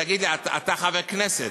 תגיד לי, אתה חבר כנסת,